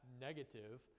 negative